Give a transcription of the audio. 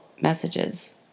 messages